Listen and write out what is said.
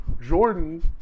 Jordan